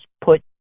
put